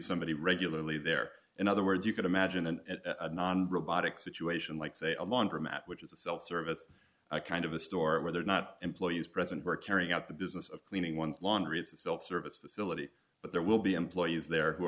somebody regularly there in other words you can imagine an robotic situation like say a laundromat which is a self service a kind of a store where they're not employees present we're carrying out the business of cleaning one's laundry itself service facility but there will be employees there who